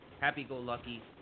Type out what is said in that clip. Happy-go-lucky